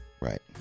Right